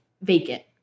vacant